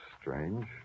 strange